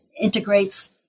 integrates